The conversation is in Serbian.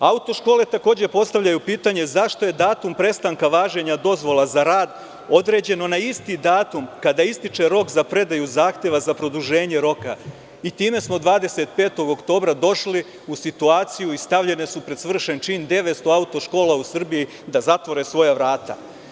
Auto škole takođe postavljaju pitanje zašto je datum prestanka važenja dozvola za rad određeno na isti datum kada ističe rok za predaju zahteva za produženje roka i time smo 25. oktobra došli u situaciju i stavljene su pred svršen čin 900 auto škola u Srbiji da zatvore svoja vrata.